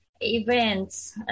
events